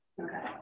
Okay